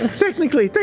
technically,